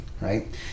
right